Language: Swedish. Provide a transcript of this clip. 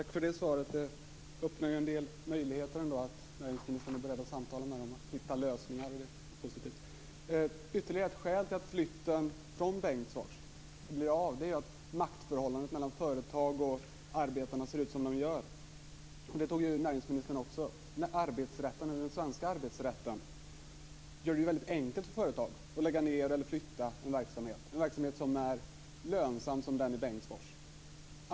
Herr talman! Tack för det svaret. Att näringsministern är beredd att samtala för att hitta lösningar är positivt och öppnar en del möjligheter. Ytterligare ett skäl till att flytten från Bengtsfors blir av är att maktförhållandet mellan företag och arbetare ser ut som det gör. Den svenska arbetsrätten gör det väldigt enkelt för företag att lägga ned eller flytta en lönsam verksamhet, som den i Bengtsfors.